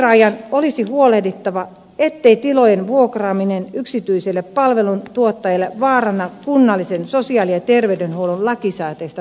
vuokraajan olisi huolehdittava siitä ettei tilojen vuokraaminen yksityiselle palveluntuottajalle vaaranna kunnallisen sosiaali ja terveydenhuollon lakisääteistä toimintaa